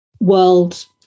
world